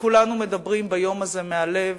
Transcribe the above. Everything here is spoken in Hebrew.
וכולנו מדברים ביום הזה מהלב,